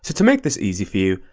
to to make this easy for you,